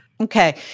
Okay